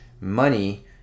money